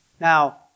Now